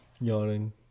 Yawning